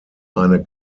eine